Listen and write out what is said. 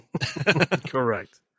Correct